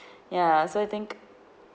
ya so I think